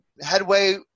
headway